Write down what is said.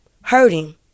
hurting